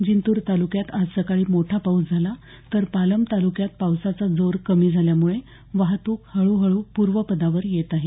जिंतूर तालुक्यात आज सकाळी मोठा पाऊस झाला तर पालम तालुक्यात पावसाचा जोर कमी झाल्यामुळे वाहतूक हळुहळु पूर्ववदावर येत आहे